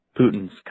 Putin's